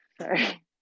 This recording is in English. sorry